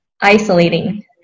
isolating